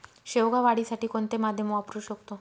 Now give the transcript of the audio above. शेवगा वाढीसाठी कोणते माध्यम वापरु शकतो?